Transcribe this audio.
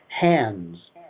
Hands